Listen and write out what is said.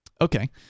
Okay